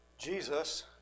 Jesus